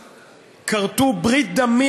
שכרתו ברית דמים,